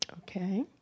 Okay